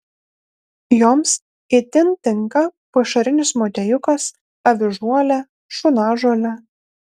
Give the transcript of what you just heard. joms itin tinka pašarinis motiejukas avižuolė šunažolė